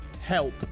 help